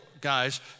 guys